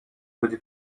بودی